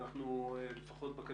הוא אושר במרץ 2018 כבר.